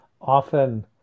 often